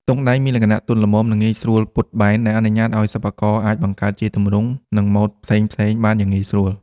ទង់ដែងមានលក្ខណៈទន់ល្មម និងងាយស្រួលពត់បែន ដែលអនុញ្ញាតឲ្យសិប្បករអាចបង្កើតជាទម្រង់ និងម៉ូដផ្សេងៗបានយ៉ាងងាយស្រួល។